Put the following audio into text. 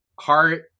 Heart